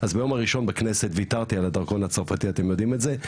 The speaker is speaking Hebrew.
אז ביום הראשון בכנסת ויתרתי על הדרכות הצרפתי אתם יודעים את זה?